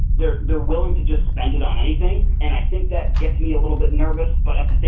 they're they're willing to just spend it on anything and i think that gets me a little bit nervous but,